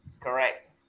correct